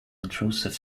intrusive